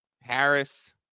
Harris